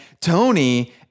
Tony